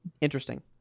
interesting